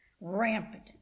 rampant